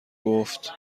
گفت